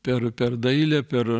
per per dailę per